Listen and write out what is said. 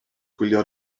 gwylio